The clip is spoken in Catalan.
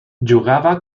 jugava